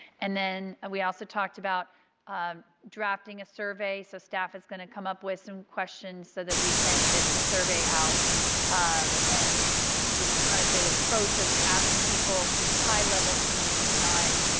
and then, ah we also talked about drafting a survey so staff is going to come up with some questions so that we can get the survey out and just kind of the approach of asking people high level themes, not,